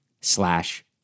slash